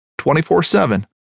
24-7